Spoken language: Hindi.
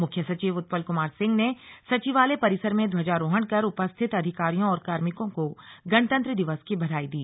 मुख्य सचिव उत्पल कुमार सिंह ने सचिवालय परिसर में ध्वजारोहण कर उपस्थित अधिकारियों और कार्मिकों को गणतंत्र दिवस की बधाई दी